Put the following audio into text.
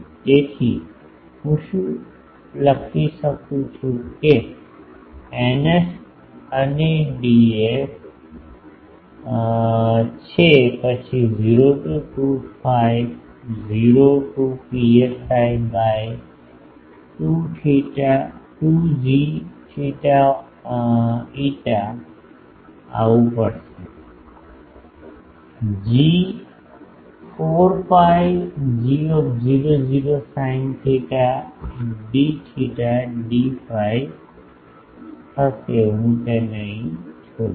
તેથી શું હું લખી શકું છું કે ηS એ Df છે પછી 0 to 2 pi 0 to psi by 2 gθφ આવું આવશે 4 pi g00 sin theta d theta d phi હું તેને અહીં છોડીશ